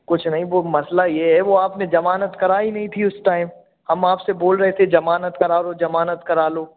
कुछ नहीं वह मसला यह है वह आपने ज़मानत कराई नहीं थी उस टाइम हम आपसे बोल रहे थे ज़मानत करा लो ज़मानत करा लो